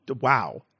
wow